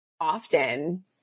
often